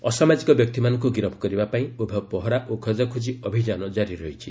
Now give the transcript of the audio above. ଅସାମାଜିକ ବ୍ୟକ୍ତିମାନଙ୍କୁ ଗିରଫ କରିବା ପାଇଁ ଉଭୟ ପହରା ଓ ଖୋଜାଖୋଜି ଅଭିଯାନ ଜାରି ରହିଛି